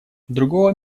другого